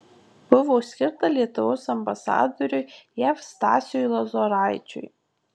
buvo skirta lietuvos ambasadoriui jav stasiui lozoraičiui